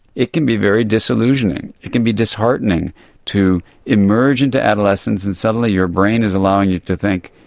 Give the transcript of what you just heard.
it can be very disillusioning, it can be disheartening to emerge into adolescence and suddenly your brain is allowing you to think,